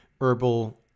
herbal